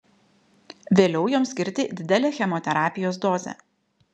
vėliau joms skirti didelę chemoterapijos dozę